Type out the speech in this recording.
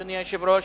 אדוני היושב-ראש,